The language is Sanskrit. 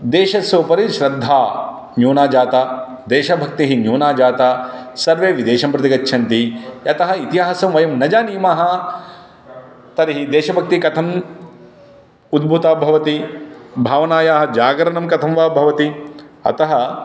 देशस्य उपरि श्रद्धा न्यूना जाता देशभक्तिः न्यूना जाता सर्वे विदेशं प्रति गच्छन्ति यतः इतिहासं वयं न जानीमः तर्हि देशभक्तिः कथं उद्भूता भवति भावनायाःजागरणं कथं वा भवति अतः